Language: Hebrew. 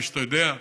כפי שאתה יודע,